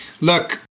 Look